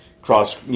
cross